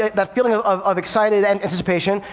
that feeling ah of of excited and anticipation.